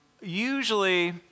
usually